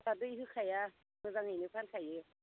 जोंहा दै होखाया मोजाङैनो फानखायो